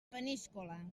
peníscola